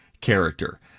character